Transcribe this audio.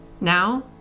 Now